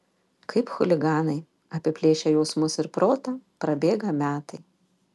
kaip chuliganai apiplėšę jausmus ir protą prabėga metai